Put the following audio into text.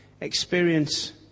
experience